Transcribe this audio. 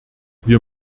wir